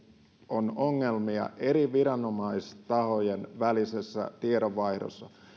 on ongelmia eri viranomaistahojen välisessä tiedonvaihdossa